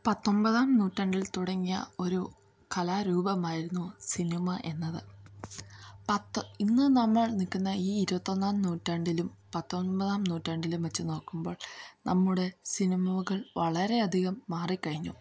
പത്തൊമ്പതാം നൂറ്റാണ്ടിൽ തുടങ്ങിയ ഒരു കലാരൂപമായിരുന്നു സിനിമ എന്നത് ഇന്ന് നമ്മൾ നില്ക്കുന്ന ഈ ഇരുപത്തൊന്നാം നൂറ്റാണ്ടിലും പത്തൊമ്പതാം നൂറ്റാണ്ടിലും വെച്ച് നോക്കുമ്പോൾ നമ്മുടെ സിനിമകൾ വളരെയധികം മാറിക്കഴിഞ്ഞു